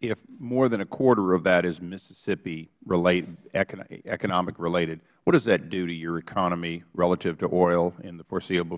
if more than a quarter of that is mississippi related economic related what does that do to your economy relative to oil in the foreseeable